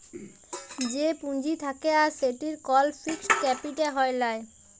যে পুঁজি থাক্যে আর সেটির কল ফিক্সড ক্যাপিটা হ্যয় লায়